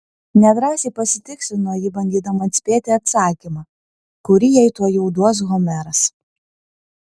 nedrąsiai pasitikslino ji bandydama atspėti atsakymą kurį jai tuojau duos homeras